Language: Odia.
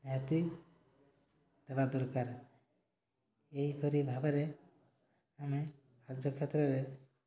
ନିହାତି ଦେବା ଦରକାର ଏହିପରି ଭାବରେ ଆମେ କାର୍ଯ୍ୟକ୍ଷେତ୍ରରେ